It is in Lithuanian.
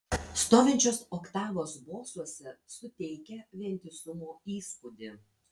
stovinčios oktavos bosuose suteikia vientisumo įspūdį